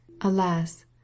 ALAS